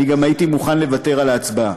אני גם הייתי מוכן לוותר על ההצבעה.